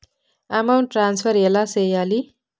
amount transfer ఎలా సేయాలి